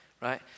Right